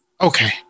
okay